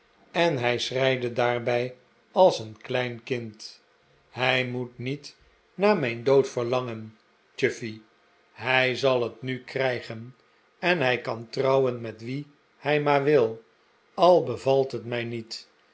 en hij schreide daarbij als een klein kind hij moet niet naar mijn dood verlangen chuffey hij zal het nu krijgen en hij kan trouwen met wie hij maar wil al bevalt het mij niet